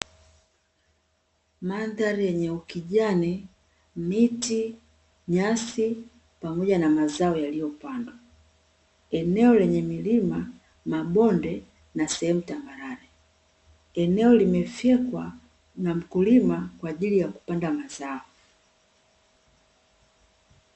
Mandhari yenye ukijani, miti, nyasi, pamoja na mazao yaliyopandwa. Eneo lenye milima, mabonde na sehemu tambarare. Eneo limefyekwa na mkulima kwa ajili ya kupanda mazao.